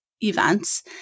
events